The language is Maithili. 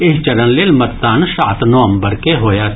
एहि चरण लेल मतदान सात नवम्बर के होयत